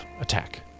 attack